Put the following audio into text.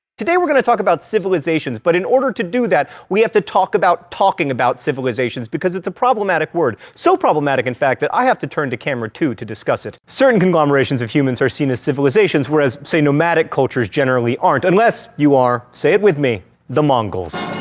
today we're going to talk about civilizations, but in order to do that, we have to talk about talking about civilizations, because it's a problematic word. so problematic, in fact, that i have to turn to camera two to discuss it. certain conglomerations of humans are seen as civilizations, whereas, say, nomadic cultures generally aren't, unless, you are say it with me the mongols